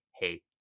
hey